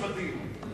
התשס"ח 2008,